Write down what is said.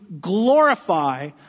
glorify